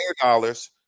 dollars